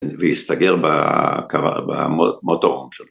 ולהסתגר במוטור הום שלו.